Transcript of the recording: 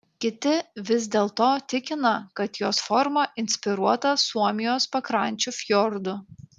kiti vis dėlto tikina kad jos forma inspiruota suomijos pakrančių fjordų